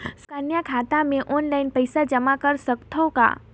सुकन्या खाता मे ऑनलाइन पईसा जमा कर सकथव का?